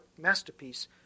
masterpiece